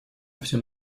всем